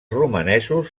romanesos